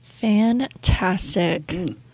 Fantastic